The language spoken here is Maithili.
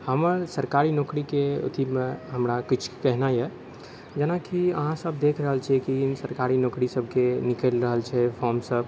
हमर सरकारी नौकरीके अथीमे हमरा किछु कहना अइ जेनाकि अहाँसब देखि रहल छिए कि सरकारी नौकरी सबके निकलि रहल छै फॉर्मसब